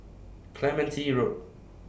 Clementi Road